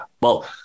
well-